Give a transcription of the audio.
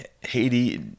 Haiti